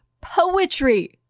poetry